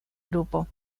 grupo